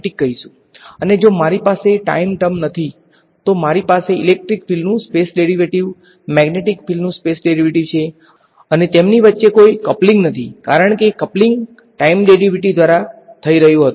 અને જો મારી પાસે ટાઈમ ટર્મ નથી તો મારી પાસે ઇલેક્ટ્રિક ફિલ્ડનું સ્પેસ ડેરિવેટિવ મેગ્નેટિક ફિલ્ડનું સ્પેસ ડેરિવેટિવ છે અને તેમની વચ્ચે કોઈ કપ્લીંગ નથી કારણ કે કપ્લીંગ ટાઈમ ડેરિવેટિવ દ્વારા થઈ રહ્યું હતું